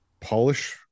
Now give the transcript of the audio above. polish